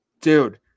dude